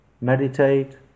Meditate